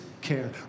care